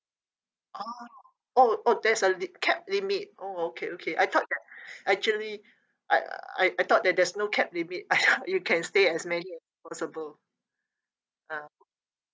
oh oh there's a li~ cap limit oh okay okay I thought that actually I I I thought that there's no cap limit I you can stay as many as possible ah